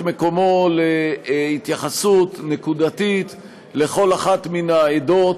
מקומו להתייחסות נקודתית לכל אחת מן העדות.